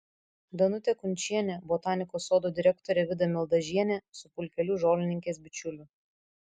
danutė kunčienė botanikos sodo direktorė vida mildažienė su pulkeliu žolininkės bičiulių